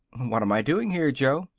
what am i doing here, joe?